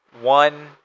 one